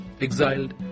exiled